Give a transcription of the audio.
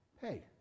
Hey